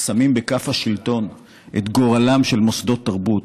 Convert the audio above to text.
השמים בכף השלטון את גורלם של מוסדות תרבות,